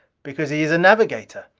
because he is a navigator!